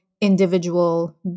individual